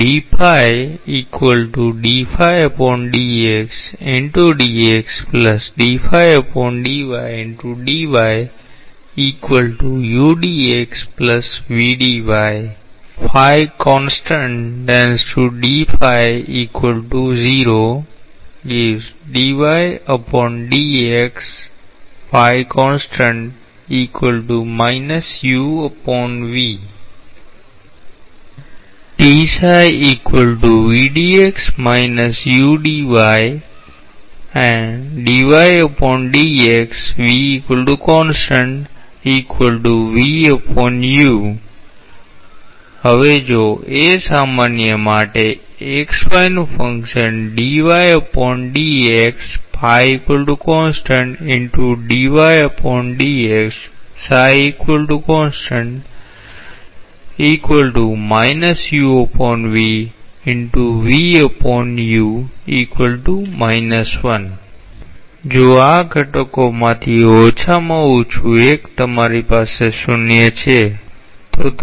હવે જો a સામાન્ય માટે જો આ ઘટકોમાંથી ઓછામાં ઓછું એક તમારી પાસે 0 છે તો તમને ભાગાકાર 0 મળશે